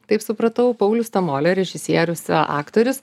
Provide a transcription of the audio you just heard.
taip supratau paulius tamolė režisierius aktorius